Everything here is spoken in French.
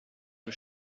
que